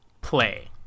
play